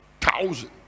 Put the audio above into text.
Thousand